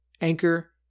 Anchor